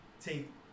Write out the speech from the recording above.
take